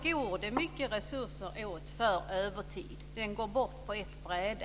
Vid sådana insatser går det åt mycket övertidsresurser på ett bräde.